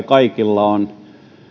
kaikilla on